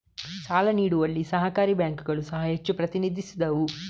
ಸಾಲ ನೀಡುವಲ್ಲಿ ಸಹಕಾರಿ ಬ್ಯಾಂಕುಗಳು ಸಹ ಹೆಚ್ಚು ಪ್ರತಿನಿಧಿಸಿದವು